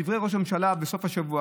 לדברי ראש הממשלה בסוף השבוע.